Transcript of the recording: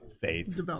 faith